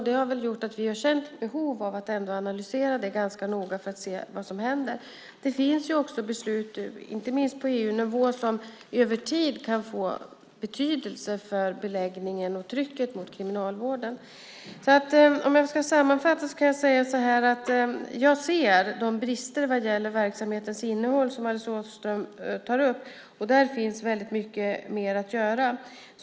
Det har gjort att vi har känt behov av att analysera detta ganska noga för att se vad som händer. Det finns också beslut, inte minst på EU-nivå, som över tid kan få betydelse för beläggningen och trycket på Kriminalvården. Om jag ska sammanfatta kan jag säga att jag ser de brister i verksamhetens innehåll som Alice Åström tar upp. Där finns mycket mer att göra.